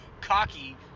cocky